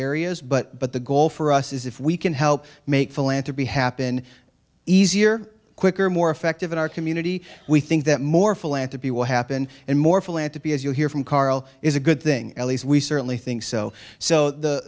areas but the goal for us is if we can help make philanthropy happen easier quicker more effective in our community we think that more philanthropies will happen and more philanthropy as you hear from karl is a good thing at least we certainly think so so the